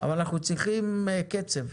אבל אנחנו צריכים קצב.